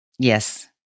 Yes